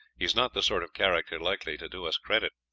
he is not the sort of character likely to do us credit,